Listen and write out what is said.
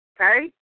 Okay